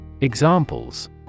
Examples